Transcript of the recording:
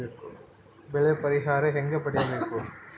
ಬೆಳೆ ಪರಿಹಾರ ಹೇಗೆ ಪಡಿಬೇಕು?